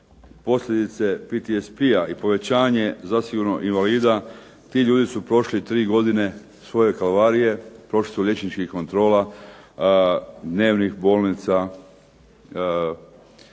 posljedice PTSP-a i povećanje zasigurno invalida ti ljudi su prošli tri godine svoje halvarije, prošli su liječničkih kontrola, …/Ne razumije